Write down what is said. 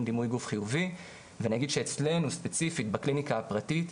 דימוי גוף חיובי ואני אגיד שאצלנו ספציפית בקליניקה הפרטית,